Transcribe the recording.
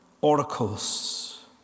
oracles